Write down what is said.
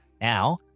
now